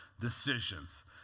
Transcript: decisions